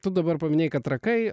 tu dabar paminėjai kad trakai